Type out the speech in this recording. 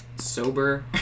sober